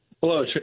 Hello